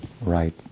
right